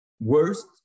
worst